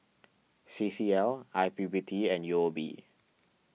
C C L I P P T and U O B